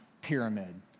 Pyramid